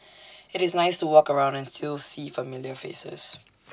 IT is nice to walk around and still see familiar faces